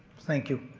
thank you.